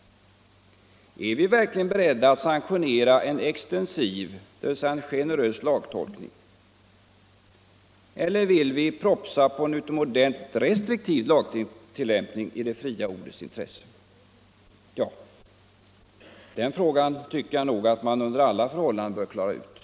Är vi verkligen beredda att sanktionera en extensiv, dvs. en generös lagtolkning? Eller vill vi propsa på en utomordentligt restriktiv lagtill miskt förtal lämpning i det fria ordets intresse? Den frågan tycker jag nog att man under alla förhållanden bör klara ut.